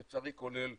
לצערי כולל בכירים,